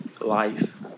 Life